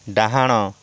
ଡ଼ାହାଣ